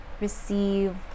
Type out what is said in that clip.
receive